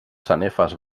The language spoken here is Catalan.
sanefes